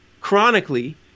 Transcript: chronically